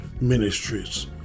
Ministries